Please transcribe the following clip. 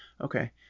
Okay